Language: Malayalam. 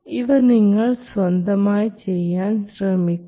ഇവ നിങ്ങൾ സ്വന്തമായി ചെയ്യാൻ ശ്രമിക്കുക